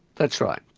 that's right.